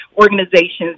organizations